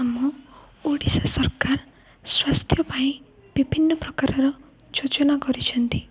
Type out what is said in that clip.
ଆମ ଓଡ଼ିଶା ସରକାର ସ୍ୱାସ୍ଥ୍ୟ ପାଇଁ ବିଭିନ୍ନ ପ୍ରକାରର ଯୋଜନା କରିଛନ୍ତି